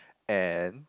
and